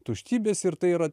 tuštybės ir tai yra